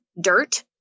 dirt